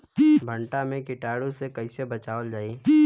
भनटा मे कीटाणु से कईसे बचावल जाई?